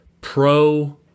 pro